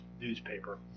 newspaper